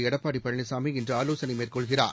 Edappadi Palaniswami இன்றுஆலோசனைமேற்கொள்கிறார்